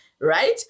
right